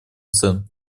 цен